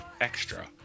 extra